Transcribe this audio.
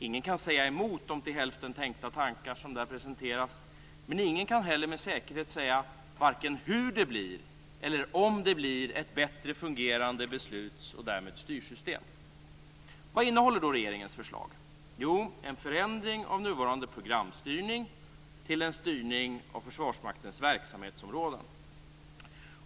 Ingen kan säga emot de till hälften tänkta tankar som där presenteras, men ingen kan heller med säkerhet säga vare sig hur det blir eller om det blir ett bättre fungerande besluts och därmed styrsystem. Vad innehåller då regeringens förslag? Jo, en förändring av nuvarande programstyrning till en styrning av Försvarsmaktens verksamhetsområden.